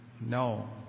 no